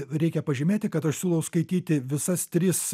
reikia pažymėti kad aš siūlau skaityti visas tris